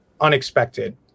unexpected